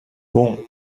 bon